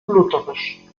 lutherisch